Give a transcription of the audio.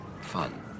Fun